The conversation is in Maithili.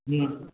हुँ